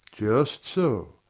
just so,